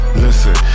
listen